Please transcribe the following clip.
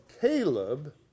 Caleb